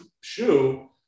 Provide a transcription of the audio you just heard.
shoe